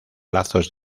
lazos